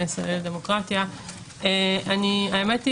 האמת היא,